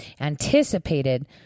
anticipated